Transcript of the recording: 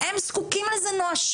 של משברים חברתיים, הם זקוקים לזה נואשות.